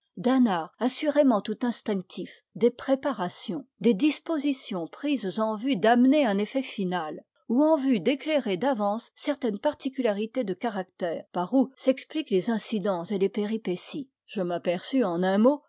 assurément tout instinctif des préparations des dispositions prises en vue d'amener un effet final ou en vue d'éclairer d'avance certaines particularités de caractère par où s'expliquent les incidents et les péripéties je m'aperçus en un mot